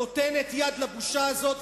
נותנת יד לבושה הזאת,